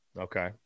Okay